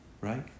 right